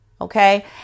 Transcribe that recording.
okay